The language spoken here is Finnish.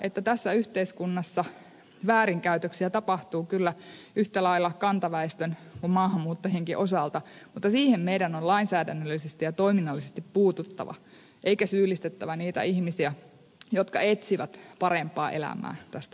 tässä yhteiskunnassa väärinkäytöksiä tapahtuu kyllä yhtä lailla kantaväestön kuin maahanmuuttajienkin osalta mutta siihen meidän on lainsäädännöllisesti ja toiminnallisesti puututtava eikä syyllistettävä niitä ihmisiä jotka etsivät parempaa elämää tästä maailmasta